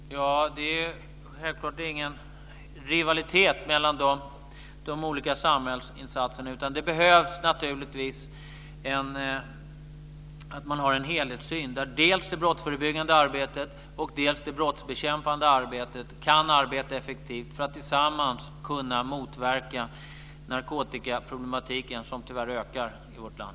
Fru talman! Det är självklart ingen rivalitet mellan de olika samhällsinsatserna. Det behövs naturligtvis en helhetssyn. Det handlar om att man dels i det brottsförebyggande arbetet, dels i det brottsbekämpande arbetet kan arbeta effektivt för att tillsammans kunna motverka narkotikaproblematiken, som tyvärr ökar i vårt land.